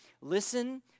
Listen